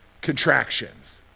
contractions